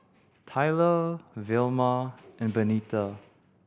Tyler Velma and Benita